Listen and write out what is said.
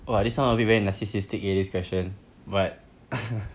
!wah! this one a bit very narcissistic with this question but